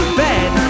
bed